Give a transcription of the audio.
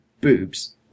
boobs